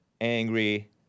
angry